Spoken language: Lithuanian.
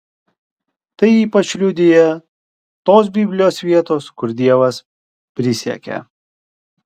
tai ypač liudija tos biblijos vietos kur dievas prisiekia